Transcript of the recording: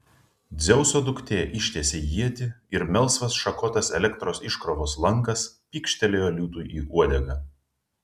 dzeuso duktė ištiesė ietį ir melsvas šakotas elektros iškrovos lankas pykštelėjo liūtui į uodegą